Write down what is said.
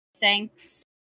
thanks